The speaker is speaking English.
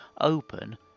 open